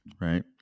right